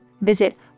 Visit